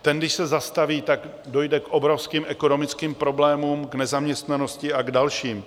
Ten když se zastaví, tak dojde k obrovským ekonomickým problémům, k nezaměstnanosti a k dalším.